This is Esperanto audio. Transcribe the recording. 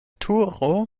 turo